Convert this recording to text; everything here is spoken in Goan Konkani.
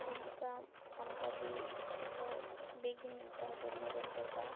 तुमकां आमकां ती बेगीन न्हिदपा खातीर मदत करता